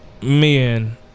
men